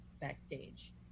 backstage